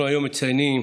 אנחנו מציינים